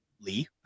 Lee